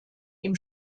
ihm